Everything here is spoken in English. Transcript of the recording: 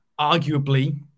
arguably